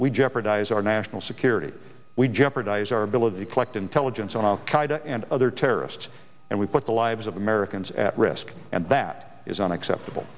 we jeopardize our national security we jeopardize our ability to collect intelligence on al qaeda and other terrorists and we put the lives of americans at risk and that is unacceptable